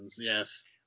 Yes